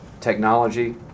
Technology